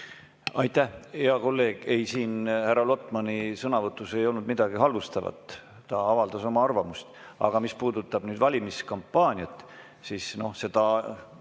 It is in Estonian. Aitäh! Hea kolleeg, ei, härra Lotmani sõnavõtus ei olnud midagi halvustavat, ta avaldas oma arvamust. Mis puudutab valimiskampaaniat, siis seda